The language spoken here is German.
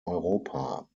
europa